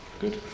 good